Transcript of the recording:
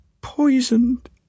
poisoned